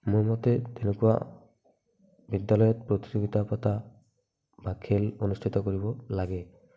মোৰ মতে এনেকুৱা বিদ্যালয়ত প্ৰতিযোগীতা পতা বা খেল অনুষ্ঠিত কৰিব লাগে